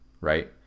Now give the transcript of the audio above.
Right